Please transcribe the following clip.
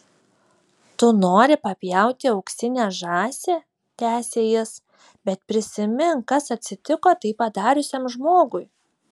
tu nori papjauti auksinę žąsį tęsė jis bet prisimink kas atsitiko tai padariusiam žmogui